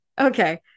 Okay